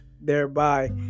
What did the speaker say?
thereby